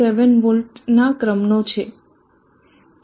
7 વોલ્ટનાં ક્રમનો છે